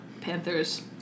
panthers